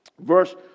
Verse